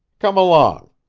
come along.